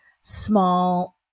small